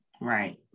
Right